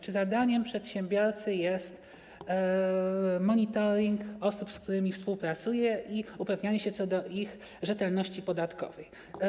Czy zadaniem przedsiębiorcy jest monitorowanie osób, z którymi współpracuje, i upewnianie się co do ich rzetelności podatkowej?